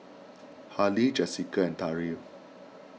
Halie Jesica and Tariq